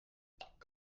comment